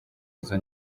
izo